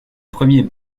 premier